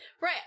Right